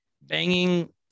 banging